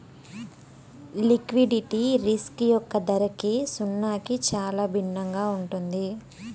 liquidity risk యొక్క ధరకి సున్నాకి చాలా భిన్నంగా ఉంటుంది